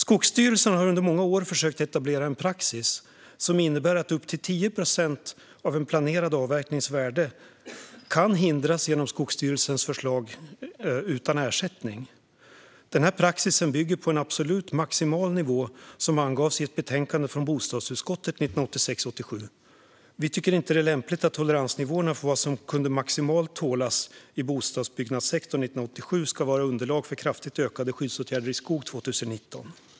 Skogsstyrelsen har under många år försökt etablera en praxis som innebär att upp till 10 procent av en planerad avverknings intäkter kan hindras genom Skogsstyrelsens försorg utan ersättning. Denna praxis bygger på en absolut maximal nivå som angavs i ett betänkande från bostadsutskottet 1986/87. Vi tycker inte att det är lämpligt att toleransnivåerna för vad som maximalt kunde tålas i bostadsbyggnadssektorn 1987 ska användas som underlag för kraftigt ökade skyddsåtgärder i skog 2019.